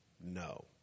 No